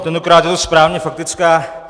Tentokrát je to správně faktická.